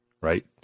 right